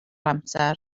amser